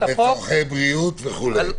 לצורכי בריאות וכו'?